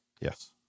Yes